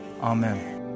amen